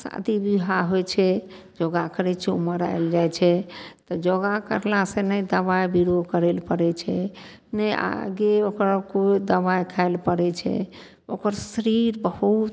शादी विवाह होइ छै योगा करय छै उमर आयल जाइ छै तऽ योगा करलासँ ने दबाइ बीरो करय लए पड़य छै ने आगे ओकरा कोइ दबाइ खाइ लए पड़य छै ओकर शरीर बहुत